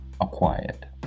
acquired